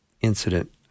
incident